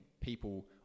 people